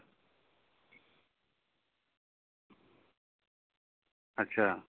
ᱟᱪᱪᱷᱟ